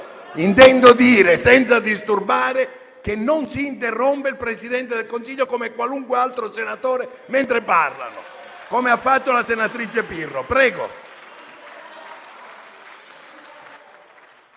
accomodi, senza disturbare. Non si interrompe il Presidente del Consiglio, come qualunque altro senatore, mentre interviene, come ha fatto la senatrice Pirro.